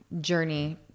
journey